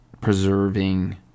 preserving